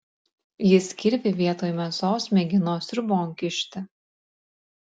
jis kirvį vietoj mėsos mėgino sriubon kišti